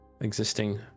existing